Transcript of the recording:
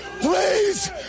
Please